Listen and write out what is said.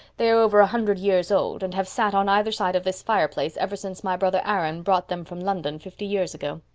they are over a hundred years old, and have sat on either side of this fireplace ever since my brother aaron brought them from london fifty years ago.